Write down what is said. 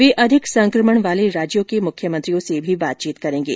वे अधिक संकमण वाले राज्यों के मुख्यमंत्रियों से भी बातचीत करेंगे